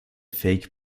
fake